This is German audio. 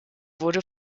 wurde